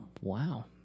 Wow